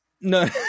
No